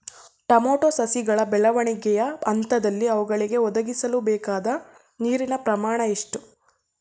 Tomato ಸಸಿಗಳ ಬೆಳವಣಿಗೆಯ ಹಂತದಲ್ಲಿ ಅವುಗಳಿಗೆ ಒದಗಿಸಲುಬೇಕಾದ ನೀರಿನ ಪ್ರಮಾಣ ಎಷ್ಟು?